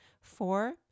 Four